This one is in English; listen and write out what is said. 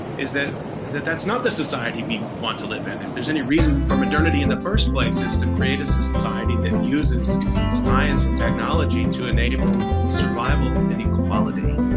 is that that that's not the society we want to live in. if there's any reason for modernity in the first place is to create a society that uses science and technology to enable survival and equality,